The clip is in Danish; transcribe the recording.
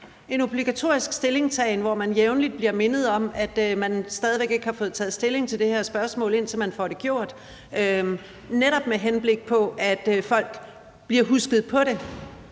en obligatorisk stillingtagen, hvor man jævnligt bliver mindet om, at man stadig væk ikke har fået taget stilling til det her spørgsmål, indtil man får det gjort, netop med henblik på at folk bliver husket på det.